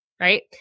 right